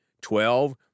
Twelve